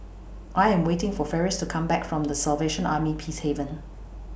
I Am waiting For Ferris to Come Back from The Salvation Army Peacehaven